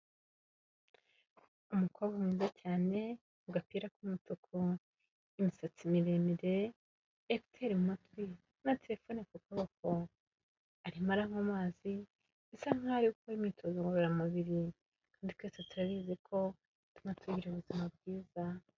Umukobwa mwiza cyane ku gapira k'umutuku, imisatsi miremire, ekuteri mu matwi na terefone ku kuboko arimo aranywa amazi bisa nkaho ari gukora imyitozo ngororamubiri. Twese turabizi ko bituma tugira ubuzima bwiza.